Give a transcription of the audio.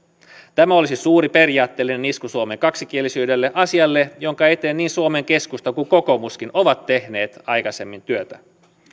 tämä olisi suuri periaatteellinen isku suomen kaksikielisyydelle asialle jonka eteen niin suomen keskusta kuin kokoomuskin ovat tehneet aikaisemmin työtä